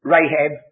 Rahab